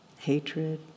hatred